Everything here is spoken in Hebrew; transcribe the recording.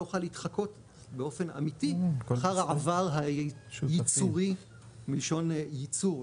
אוכל להתחקות באופן אמיתי אחר העבר היצורי מלשון ייצור,